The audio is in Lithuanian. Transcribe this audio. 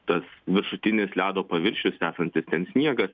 tas viršutinis ledo paviršius esantis ten sniegas